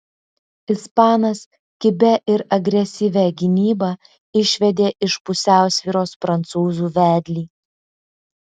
ispanas kibia ir agresyvia gynyba išvedė iš pusiausvyros prancūzų vedlį